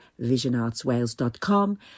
visionartswales.com